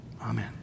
Amen